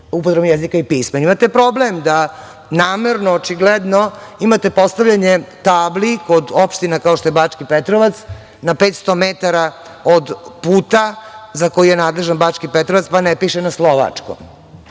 upotrebom jezika i pisma. Imate problem da namerno, očigledno imate postavljanje tabli kod optšina kao što je Bački Petrovac na 500 metara od puta za koji je nadležan Bački Petrovac, pa ne piše na slovačkom.